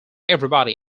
everybody